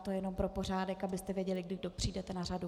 To jenom pro pořádek, abyste věděli, kdy kdo přijdete na řadu.